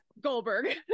Goldberg